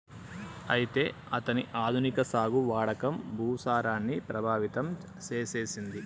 అయితే అతని ఆధునిక సాగు వాడకం భూసారాన్ని ప్రభావితం సేసెసింది